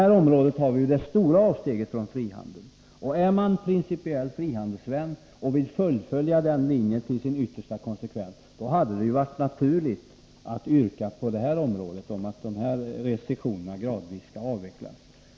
Där har vi ju det stora avsteget från frihandeln. Är man principiell frihandelsvän och vill fullfölja den linjen till dess yttersta konsekvens, hade det varit naturligt att yrka på att restriktionerna på jordbrukets område gradvis skall avvecklas.